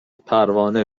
پروانه